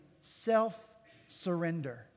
self-surrender